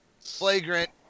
flagrant